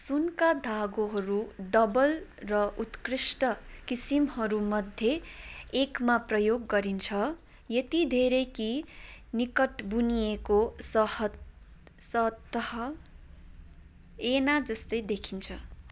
सुनका धागोहरू डबल र उत्कृष्ट किसिमहरूमध्ये एकमा प्रयोग गरिन्छ यति धेरै कि निकट बुनिएको सहत सतह ऐना जस्तै देखिन्छ